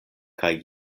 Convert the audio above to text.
kaj